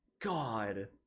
god